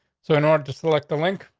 so in order to select the link,